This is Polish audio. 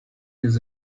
jest